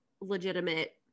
legitimate